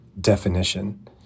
definition